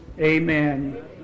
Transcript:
Amen